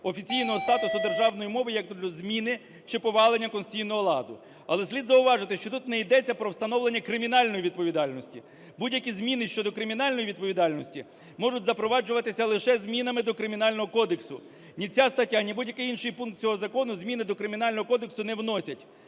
офіційного статусу державної мови як до зміни чи повалення конституційного ладу. Але слід зауважити, що тут не йдеться про встановлення кримінальної відповідальності. Будь-які зміни щодо кримінальної відповідальності можуть запроваджуватися лише змінами до Кримінального кодексу. Ні ця стаття, ні будь-який інший пункт цього закону зміни до Кримінального кодексу не вносять.